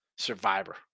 survivor